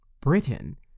Britain